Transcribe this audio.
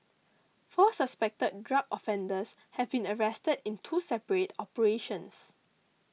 four suspected drug offenders have been arrested in two separate operations